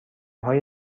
های